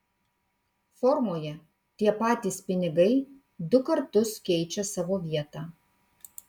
formoje tie patys pinigai du kartus keičia savo vietą